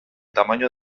tamaño